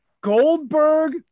Goldberg